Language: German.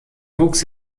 wuchs